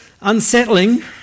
Unsettling